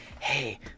hey